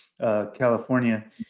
California